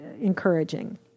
encouraging